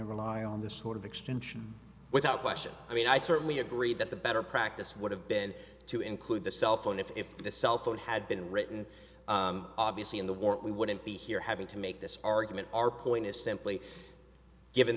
to rely on this sort of extension without question i mean i certainly agree that the better practice would have been to include the cellphone if the cell phone had been written obviously in the war we wouldn't be here having to make this argument our point is simply given